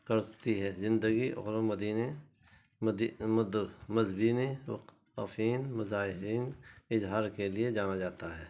کرتی ہے زندگی مظاہرین اظہار کے لیے جانا جاتا ہے